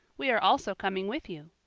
we are also coming with you.